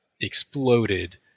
exploded